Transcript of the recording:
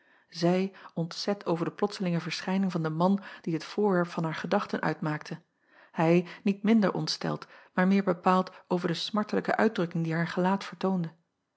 zij ontzet over de plotselinge verschijning van den man die t voorwerp van haar gedachten uitmaakte hij niet minder ontsteld maar meer bepaald over de smartelijke uitdrukking die haar gelaat vertoonde